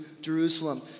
Jerusalem